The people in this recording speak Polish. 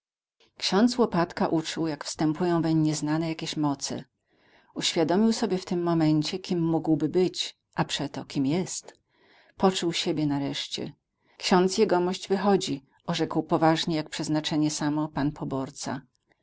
ksiądz łopatka uczuł jak wstępują weń nieznane jakieś moce uświadomił sobie w tym momencie kim mógłby być a przeto kim jest poczuł siebie nareszcie ksiądz jegomość wychodzi orzekł poważnie jak przeznaczenie samo pan poborca